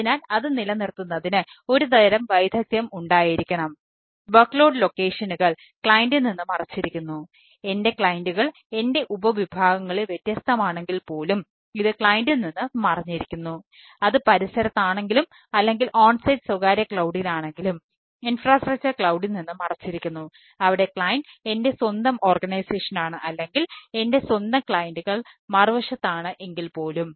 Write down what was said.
അതിനാൽ ഓൺസൈറ്റ് മറുവശത്ത് ആണ് എങ്കിൽ പോലും